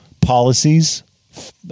policies